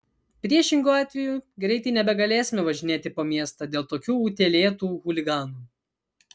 priešingu atveju greitai nebegalėsime važinėti po miestą dėl tokių utėlėtų chuliganų